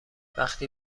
وقتی